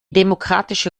demokratische